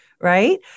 right